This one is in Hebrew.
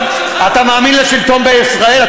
אתה מאמין לשלטון בישראל?